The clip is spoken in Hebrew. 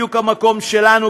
בדיוק המקום שלנו,